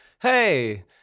Hey